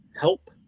help